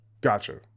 Gotcha